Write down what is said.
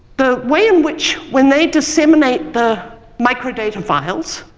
the way in which, when they disseminate the microdata files,